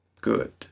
Good